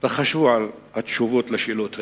תחשבו על התשובות על השאלות האלה.